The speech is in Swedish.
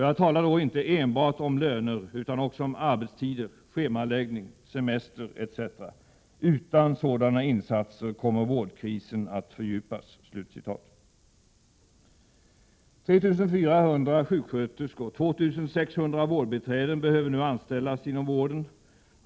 Jag talar då inte enbart om löner utan också om arbetstider, schemaläggning, semester etc. Utan sådana insatser kommer vårdkrisen att fördjupas.” 3 400 sjuksköterskor och 2 600 vårdbiträden behöver nu anställas inom vården.